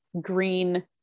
green